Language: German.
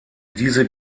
diese